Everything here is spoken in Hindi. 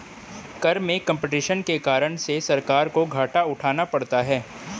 कर में कम्पटीशन के कारण से सरकार को घाटा उठाना पड़ता है